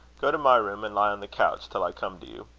go to my room, and lie on the couch till i come to you.